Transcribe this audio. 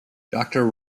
doctor